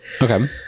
okay